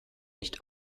nicht